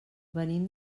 venim